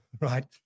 right